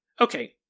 Okay